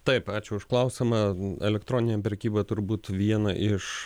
taip ačiū už klausimą elektroninė prekyba turbūt viena iš